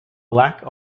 lack